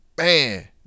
Man